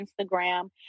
Instagram